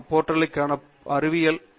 com போர்ட்டிற்கான அறிவியல் portal வலை